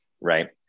Right